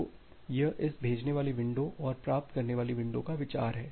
तो यह इस भेजने वाली विंडो और प्राप्त करने वाली विंडो का विचार है